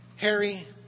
Harry